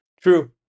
True